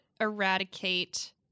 eradicate